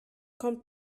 kommt